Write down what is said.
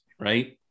right